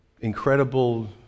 incredible